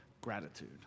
gratitude